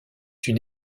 une